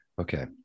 Okay